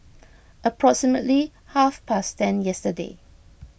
approximately half past ten yesterday